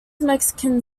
mexican